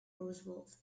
roosevelt